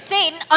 Satan